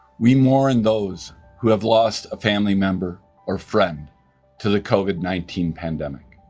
we mourn those who have lost a family member or friend to the covid nineteen pandemic.